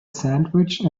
sandwich